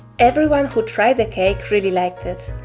everyone who tried the cake really liked it.